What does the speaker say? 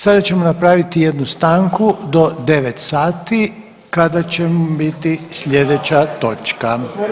Sada ćemo napraviti jednu stanku do 9 sati, kada će biti sljedeća točka.